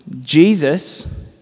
Jesus